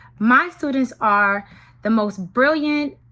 my students are the most brilliant,